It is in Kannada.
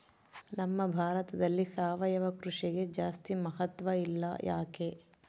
ನಮ್ಮ ಭಾರತದಲ್ಲಿ ಸಾವಯವ ಕೃಷಿಗೆ ಜಾಸ್ತಿ ಮಹತ್ವ ಇಲ್ಲ ಯಾಕೆ?